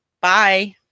Bye